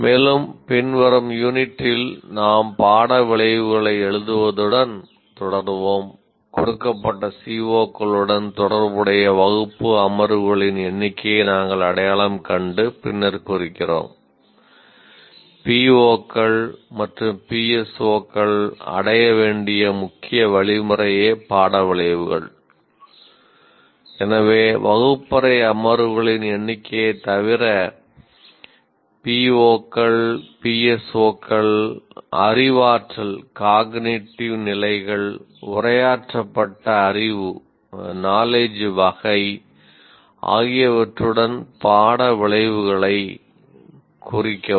மேலும் பின்வரும் யூனிட்டில் வகை ஆகியவற்றுடன் பாட விளைவுகளை குறிக்கவும்